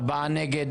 ארבעה נגד,